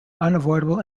unavoidable